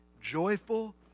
Joyful